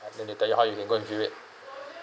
and they tell you how you can go view it